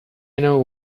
know